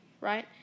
right